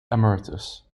emeritus